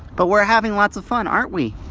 but we're having lots of fun, aren't we?